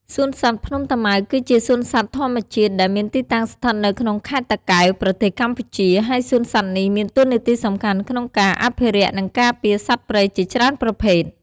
សួនសត្វភ្នំតាម៉ៅ គឺជាសួនសត្វធម្មជាតិដែលមានទីតាំងស្ថិតនៅក្នុងខេត្តតាកែវ ប្រទេសកម្ពុជា ហើយសួនសត្វនេះមានតួនាទីសំខាន់ក្នុងការអភិរក្ស និងការពារសត្វព្រៃជាច្រើនប្រភេទ។